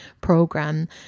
program